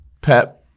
Pep